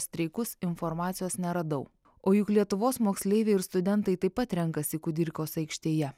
streikus informacijos neradau o juk lietuvos moksleiviai ir studentai taip pat renkasi kudirkos aikštėje